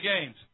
games